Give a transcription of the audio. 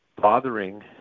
bothering